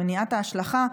במניעת ההשלכה,